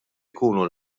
jkunu